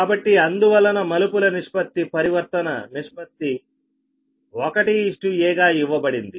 కాబట్టి అందువలన టర్న్స్ నిష్పత్తి పరివర్తన నిష్పత్తి 1 a గా ఇవ్వబడింది